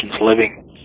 living